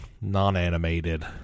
non-animated